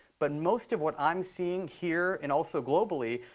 but most of what i'm seeing here and also globally,